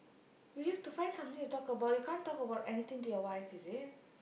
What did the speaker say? you need to find something to talk about you can't talk anything to your wife is it